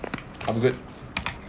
I'm good